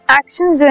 actions